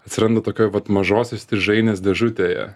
atsiranda tokioj vat mažos įstrižainės dėžutėje